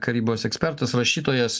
karybos ekspertas rašytojas